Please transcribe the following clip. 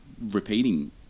repeating